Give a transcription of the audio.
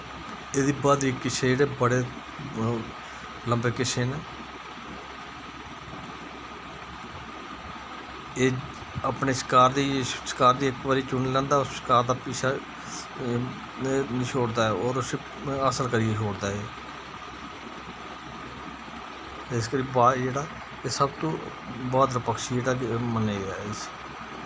एह्दी ब्हादरी दे किस्से जेह्ड़े लंबे किस्से न एह् अपना शकार गी शकार गी इक बारी चुनी लैंदा शकार दा पिच्छा निं छोड़दा ऐ होर उसी हासल करियै छोड़दा ऐ एह् इसकरी बाज़ जेह्ड़ा एह् सब तो ब्हादुर पक्षी जेह्ड़ा मन्नेआ गेदा ऐ